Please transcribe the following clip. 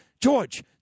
George